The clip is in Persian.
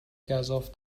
گزاف